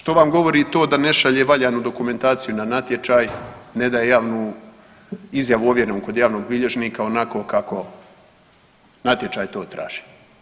Što vam govori to da ne šalje valjanu dokumentaciju na natječaj, ne daje javni izjavu ovjerenu kod javnog bilježnika onako kako natječaj to traži?